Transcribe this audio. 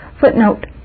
Footnote